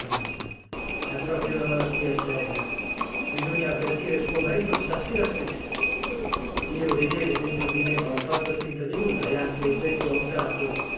è proprio una malattia seria bisogna avvertire suo marito stasera stessa io ridevo dentro di me ma ho fatto finta di nulla e anzi ho detto a un tratto